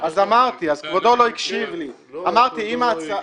כבודה לא הקשיב לי --- כבודו הקשיב.